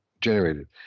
generated